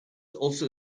also